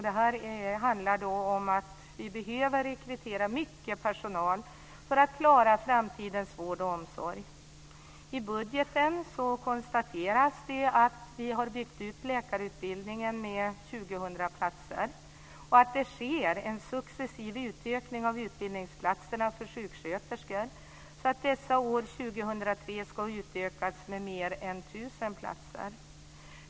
Det handlar om att vi behöver rekrytera mycket personal för att klara framtidens vård och omsorg. I budgeten konstateras det att vi har byggt ut läkarutbildningen med 200 platser och att det sker en successiv utökning av utbildningsplatserna för sjuksköterskor så att dessa år 2003 ska ha utökats med mer än 1 000 platser.